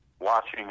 watching